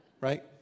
right